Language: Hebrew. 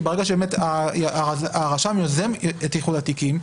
כי ברגע שהרשם יוזם את איחוד התיקים,